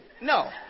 No